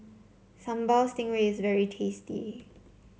Sambal Stingray is very tasty